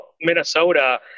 Minnesota